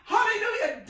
Hallelujah